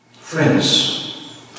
Friends